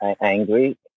angry